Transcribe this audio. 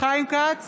חיים כץ,